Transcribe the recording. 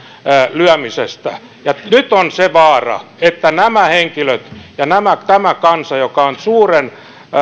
lyömisestä nyt on se vaara että jos nämä henkilöt ja tämä kansa joka on suuren